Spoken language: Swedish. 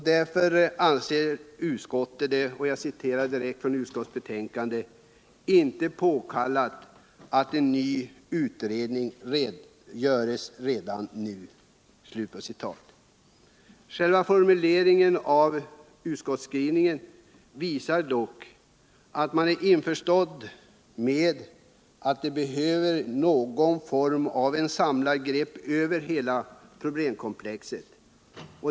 Därför anser utskottet det ”inte påkallat att en ny utredning görs redan nu”. Själva formuleringen av utskottsskrivningen visar dock att man är införstådd med att det behövs någon form av samlat grepp över hela problemkomplexet.